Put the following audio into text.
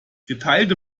geteilte